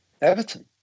Everton